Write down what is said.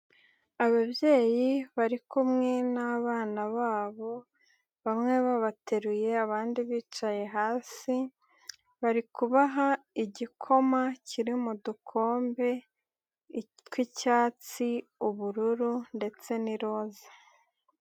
Ababyeyi bari kumwe n'abana babo, bamwe babateruye abandib, icaye hasi, barikuha igikoma kiri mu dukombe tw'icyatsi, ubururu ndetse n'iroza.